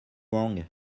wrong